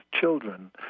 children